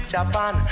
Japan